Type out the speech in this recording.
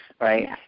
right